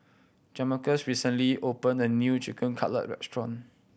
Jamarcus recently opened a new Chicken Cutlet Restaurant